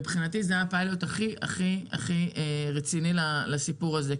מבחינתי זה היה פיילוט הכי רציני לסיפור הזה.